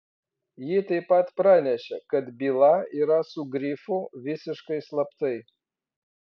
ji taip pat pranešė kad byla yra su grifu visiškai slaptai